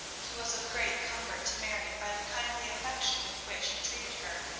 he was of great comfort to mary by the kindly affection with which he treated her.